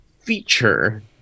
feature